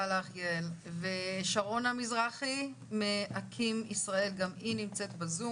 שרונה מזרחי מאקי"ם ישראל שגם היא ב-זום.